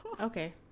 Okay